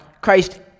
Christ